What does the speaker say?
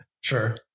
Sure